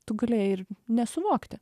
tu galėjai ir nesuvokti